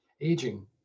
aging